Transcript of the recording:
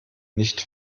nicht